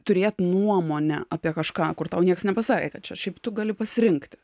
turėt nuomonę apie kažką kur tau niekas nepasakė kad čia šiaip tu gali pasirinkti